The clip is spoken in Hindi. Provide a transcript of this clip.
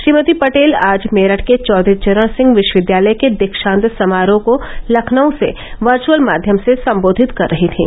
श्रीमती पटेल आज मेरठ के चौधरी चरण सिंह विश्वविद्यालय के दीक्षान्त समारोह को लखनऊ से वर्चुअल माध्यम से सम्बोधित कर रही थीं